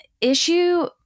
issue